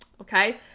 okay